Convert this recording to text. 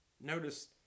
notice